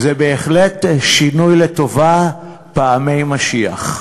זה בהחלט שינוי לטובה, פעמי משיח.